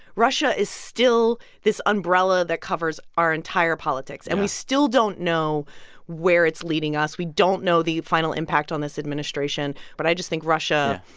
russia is still this umbrella that covers our entire politics. and we still don't know where it's leading us. we don't know the final impact on this administration. but i just think russia.